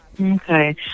Okay